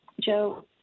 Joe